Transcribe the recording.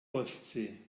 ostsee